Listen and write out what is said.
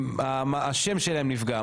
השם שלהם נפגע,